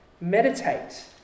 Meditate